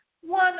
one